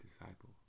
disciple